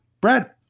Brad